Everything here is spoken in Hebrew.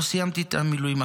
לא סיימתי את המילואים,